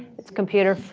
it's computer